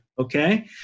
Okay